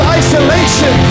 isolation